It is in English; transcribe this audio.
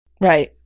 Right